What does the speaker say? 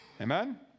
Amen